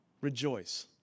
Rejoice